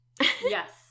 Yes